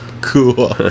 cool